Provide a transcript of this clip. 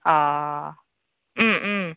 अ